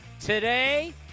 today